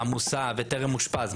המוסע וטרם אושפז.